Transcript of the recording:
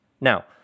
now